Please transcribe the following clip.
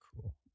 Cool